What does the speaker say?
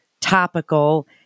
topical